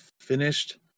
finished